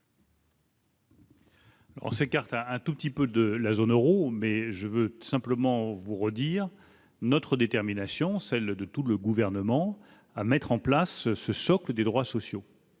On s'écarte à un tout petit peu de la zone Euro mais je veux simplement vous redire notre détermination, celle de tout le gouvernement à mettre en place ce socle des droits sociaux.